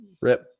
rip